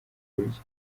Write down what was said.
kurya